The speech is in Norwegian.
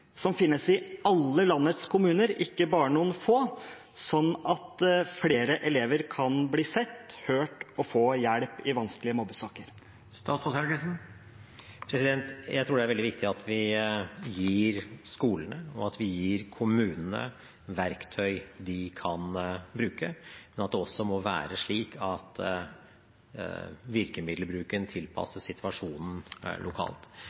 som finnes i alle landets kommuner og ikke bare i noen få, slik at flere elever kan bli sett, hørt og få hjelp i vanskelige mobbesaker? Jeg tror det er veldig viktig at vi gir skolene og kommunene verktøy de kan bruke, men at det også må være slik at virkemiddelbruken tilpasses situasjonen lokalt.